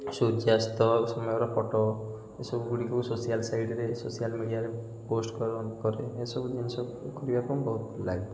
ସୂର୍ଯ୍ୟାସ୍ତ ସମୟର ଫଟୋ ଏସବୁ ଗୁଡ଼ିକୁ ସୋସିଆଲ ସାଇଟରେ ସୋସିଆଲ ମିଡ଼ିଆରେ ପୋଷ୍ଟ କରେ ଏସବୁ ଜିନିଷକୁ ଇଏ କରିବାପାଇଁ ବହୁତ ଭଲ ଲାଗେ